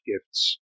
gifts